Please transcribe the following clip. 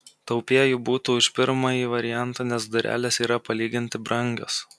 taupieji būtų už pirmąjį variantą nes durelės yra palyginti brangios